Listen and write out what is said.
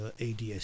ADS